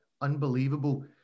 unbelievable